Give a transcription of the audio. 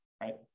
right